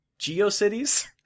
GeoCities